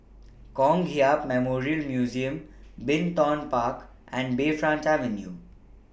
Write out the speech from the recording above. Kong Hiap Memorial Museum Bin Tong Park and Bayfront Avenue